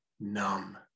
numb